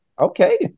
okay